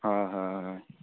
হয় হয় হয়